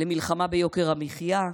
למלחמה ביוקר המחיה.